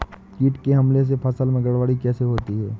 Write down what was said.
कीट के हमले से फसल में गड़बड़ी कैसे होती है?